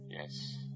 Yes